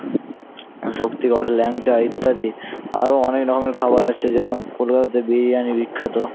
শক্তিগড়ের ল্যাংচা ইত্যাদি আরো অনেক রকমের খাবার আছে যেমন কলকাতার বিরিয়ানি বিখ্যাত